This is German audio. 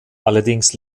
allerdings